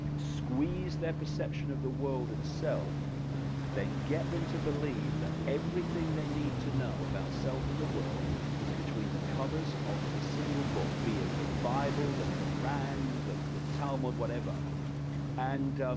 squeeze their perception of the world and self then get them to believe that everything they need to know about self and the world is between the covers of a single book, be it the bible, the koran the the talmud, whatever and